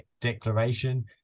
declaration